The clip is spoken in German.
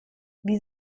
wie